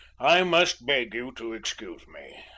i must beg you to excuse me.